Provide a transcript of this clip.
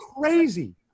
crazy